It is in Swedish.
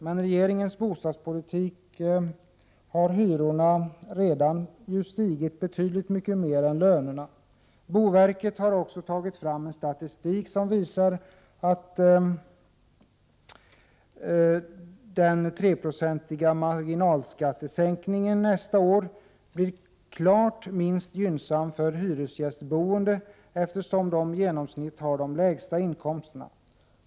Med regeringens bostadspolitik har hyrorna redan stigit mycket mer än lönerna. Boverkets statistik visar också att den 3-procentiga marginalskattesänkningen nästa år uppenbarligen blir minst gynnsam för hyresboende eftersom de i genomsnitt har de lägsta inkomsterna.